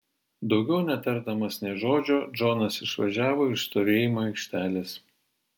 daugiau netardamas nė žodžio džonas išvažiavo iš stovėjimo aikštelės